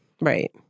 right